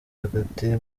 hagati